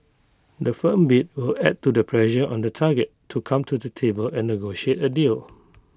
the firm bid will add to the pressure on the target to come to the table and negotiate A deal